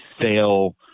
sale